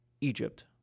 Egypt